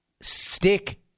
stick